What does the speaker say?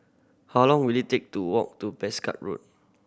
how long will it take to walk to Road